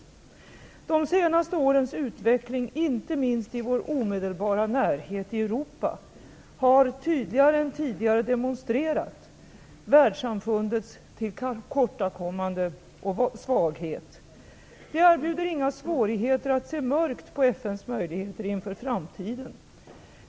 De senaste årens utveckling, inte minst i vår omedelbara närhet i Europa, har tydligare än tidigare demonstrerat världssamfundets tillkortakommanden och svaghet. Det erbjuder inga svårigheter att se mörkt på FN:s möjligheter inför framtiden.